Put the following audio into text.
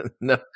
No